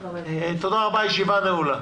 רבה, הישיבה נעולה.